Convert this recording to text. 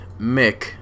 Mick